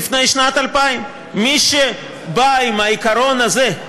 לפני שנת 2000. מי שבא עם העיקרון הזה,